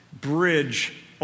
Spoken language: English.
bridge